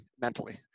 mentally